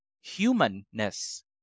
humanness